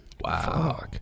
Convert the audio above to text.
Wow